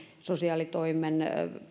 sosiaalitoimen